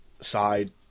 side